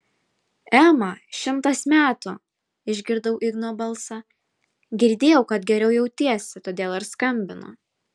ema šimtas metų išgirdau igno balsą girdėjau kad geriau jautiesi todėl ir skambinu